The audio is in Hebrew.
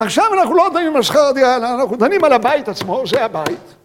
עכשיו אנחנו לא דנים על שכר הדירה, אלא אנחנו דנים על הבית עצמו, זה הבית